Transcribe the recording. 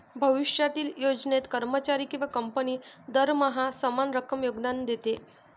भविष्यातील योजनेत, कर्मचारी किंवा कंपनी दरमहा समान रक्कम योगदान देते